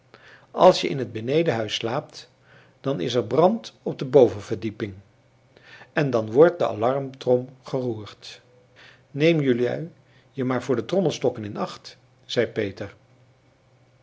als je in het benedenhuis slaapt dan is er brand op de bovenverdieping en dan wordt de alarmtrom geroerd neem jelui je maar voor de trommelstokken in acht zei peter